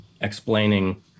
explaining